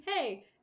hey